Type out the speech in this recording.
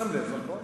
אתה שם לב, נכון?